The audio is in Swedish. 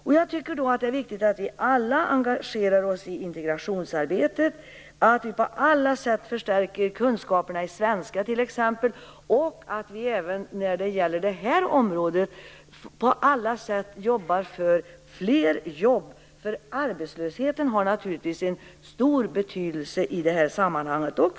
Därför är det viktigt att vi alla engagerar oss i integrationsarbetet, att vi på alla sätt förstärker kunskaperna i svenska och att vi även på det nu aktuella området på olika sätt arbetar för fler jobb, för arbetslösheten har naturligtvis en stor betydelse i sammanhanget.